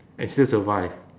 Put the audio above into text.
and still survive